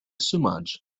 samaj